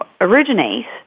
originates